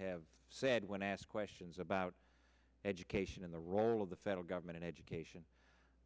have said when asked questions about education and the role of the federal government education